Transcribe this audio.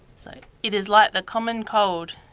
so it is like the common cold.